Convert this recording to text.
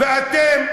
ואתם,